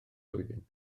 blwyddyn